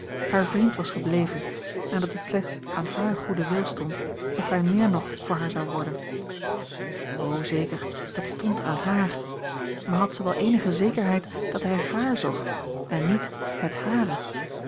haar vriend was gebleven en dat het slechts aan haar goeden wil stond of hij meer nog voor haar zou worden o zeker dat stond aan haar maar had zij wel eenige zekerheid dat hij hààr zocht en niet het hare